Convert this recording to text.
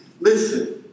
Listen